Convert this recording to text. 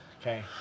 okay